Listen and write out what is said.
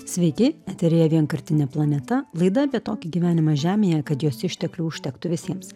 sveiki eteryje vienkartinė planeta laida apie tokį gyvenimą žemėje kad jos išteklių užtektų visiems